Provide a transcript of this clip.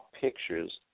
pictures